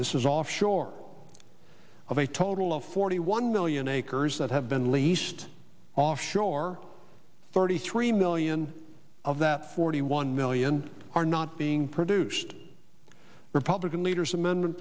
this is offshore of a total of forty one million acres that have been leased offshore thirty three million of that forty one million are not being produced republican leaders amendment